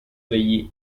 degli